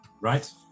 Right